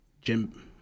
Jim